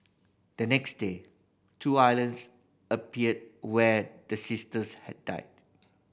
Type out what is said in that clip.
the next day two islands appeared where the sisters had died